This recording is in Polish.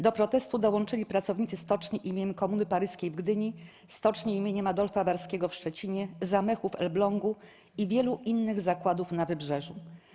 Do protestu dołączyli pracownicy Stoczni im. Komuny Paryskiej w Gdyni, Stoczni im. Adolfa Warskiego w Szczecinie, Zamechu w Elblągu i wielu innych zakładów na Wybrzeżu.